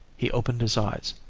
he opened his eyes.